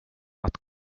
att